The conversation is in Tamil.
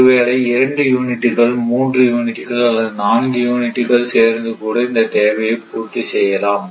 ஒருவேளை 2 யூனிட்டுகள் 3 யூனிட்டுகள் அல்லது நான்கு யூனிட்டுகள் சேர்ந்து கூட இந்த தேவையை பூர்த்தி செய்யலாம்